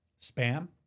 spam